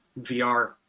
VR